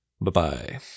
bye-bye